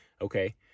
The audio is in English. okay